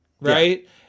right